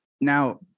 Now